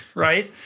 right?